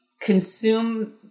consume